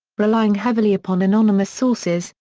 relying heavily upon anonymous sources,